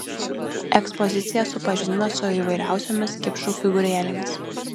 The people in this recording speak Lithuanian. ekspozicija supažindina su įvairiausiomis kipšų figūrėlėmis